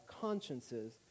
consciences